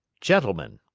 gentlemen,